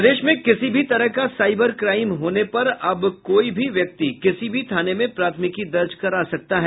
प्रदेश में किसी भी तरह का साइबर क्राइम होने पर कोई भी व्यक्ति किसी भी थाने में प्राथमिकी दर्ज करा सकता है